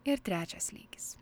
ir trečias lygis